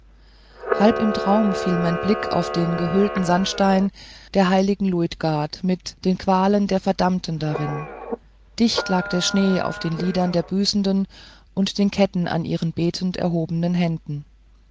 halb im traum fiel mein blick auf den gehöhlten sandstein der heiligen luitgard mit den qualen der verdammten darin dicht lag der schnee auf den lidern der büßenden und den ketten an ihren betend erhobenen händen